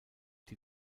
die